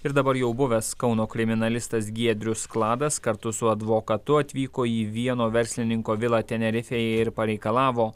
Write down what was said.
ir dabar jau buvęs kauno kriminalistas giedrius kladas kartu su advokatu atvyko į vieno verslininko vilą tenerifėje ir pareikalavo